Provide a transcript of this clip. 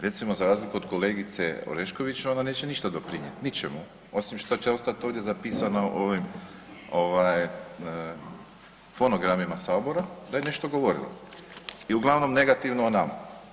Recimo za razliku od kolegice Orešković ona neće ništa doprinijeti, ničemu osim što će ostat ovdje zapisano u ovim fonogramima Sabora da je nešto govorila i uglavnom negativno o nama.